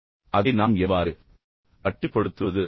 எனவே அதை நாம் எவ்வாறு கட்டுப்படுத்துவது